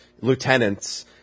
lieutenants